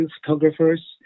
photographers